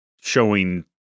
showing